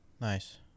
nice